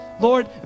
Lord